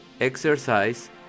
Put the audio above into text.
Exercise